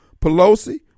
Pelosi